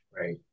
right